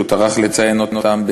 שהוא טרח לציין אותם,